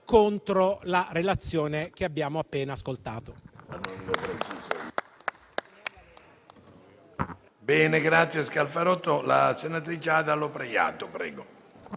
contro la relazione che abbiamo appena ascoltato.